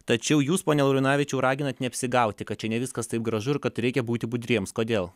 tačiau jūs pone laurinavičiau raginat neapsigauti kad čia ne viskas taip gražu ir kad reikia būti budriems kodėl